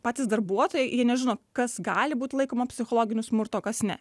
patys darbuotojai jie nežino kas gali būt laikoma psichologiniu smurtu o kas ne